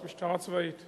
משטרה צבאית.